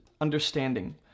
understanding